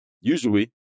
Usually